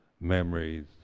memories